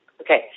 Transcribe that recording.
Okay